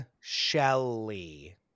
Shelley